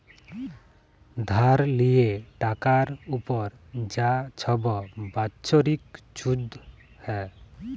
ধার লিয়ে টাকার উপর যা ছব বাচ্ছরিক ছুধ হ্যয়